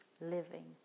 living